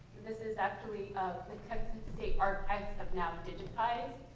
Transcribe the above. this is actually of the texas state archives have now digitized.